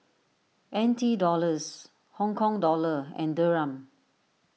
N T Dollars Hong Kong Dollar and Dirham